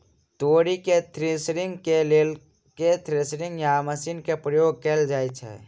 तोरी केँ थ्रेसरिंग केँ लेल केँ थ्रेसर या मशीन केँ प्रयोग कैल जाएँ छैय?